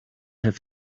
have